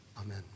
Amen